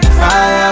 fire